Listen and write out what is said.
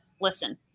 listen